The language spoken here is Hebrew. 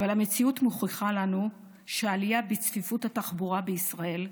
אבל המציאות מוכיחה לנו שעלייה בצפיפות התחבורה בישראל,